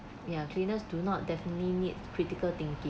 ya cleaners do not definitely need critical thinking